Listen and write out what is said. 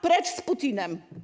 Precz z Putinem!